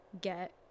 get